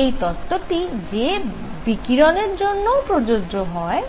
এই তত্ত্বটি যে বিকিরণের জন্যও প্রযোজ্য হয়